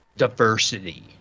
diversity